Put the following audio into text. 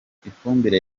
ifumbire